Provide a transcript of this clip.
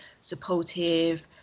supportive